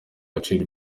agaciro